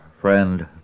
friend